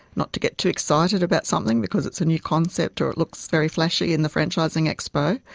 not to get too excited about something because it's a new concept or it looks very flashy in the franchising expo.